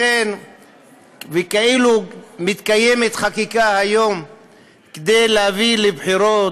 וכאילו מתקיימת חקיקה היום כדי להביא לבחירות,